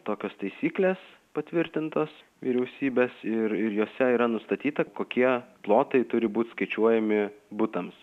tokios taisyklės patvirtintos vyriausybės ir ir jose yra nustatyta kokie plotai turi būti skaičiuojami butams